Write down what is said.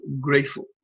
grateful